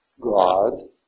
God